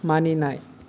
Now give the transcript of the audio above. मानिनाय